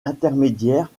intermédiaire